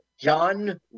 John